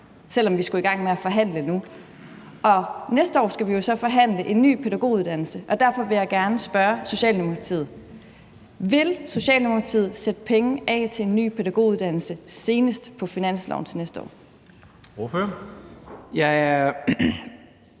selv om vi skulle i gang med at forhandle nu. Næste år skal vi jo så forhandle en ny pædagoguddannelse. Derfor vil jeg gerne spørge Socialdemokratiet: Vil Socialdemokratiet sætte penge af til en ny pædagoguddannelse senest på finansloven til næste år? Kl. 09:36